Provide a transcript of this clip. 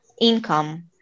income